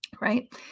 right